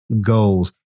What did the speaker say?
goals